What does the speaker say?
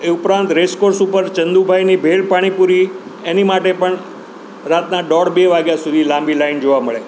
એ ઉપરાંત રેસકોર્સ ઉપર ચંદુભાઈની ભેળ પાણીપુરી એની માટે પણ રાતના દોઢ બે વાગ્યા સુધી લાંબી લાઈન જોવા મળે